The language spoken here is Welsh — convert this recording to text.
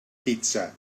pitsa